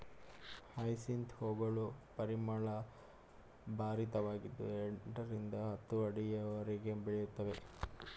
hyacinth ಹೂಗಳು ಪರಿಮಳಭರಿತವಾಗಿದ್ದು ಎಂಟರಿಂದ ಹತ್ತು ಅಡಿಯವರೆಗೆ ಬೆಳೆಯುತ್ತವೆ